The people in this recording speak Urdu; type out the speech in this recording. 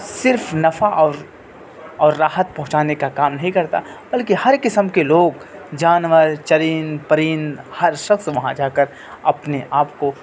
صرف نفع ارو اور راحت پہنچانے کا کام نہیں کرتا بلکہ ہر کسم کے لوگ جانور چرند پرند ہر شخص وہاں جا کر اپنے آپ کو